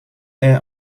est